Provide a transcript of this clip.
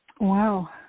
Wow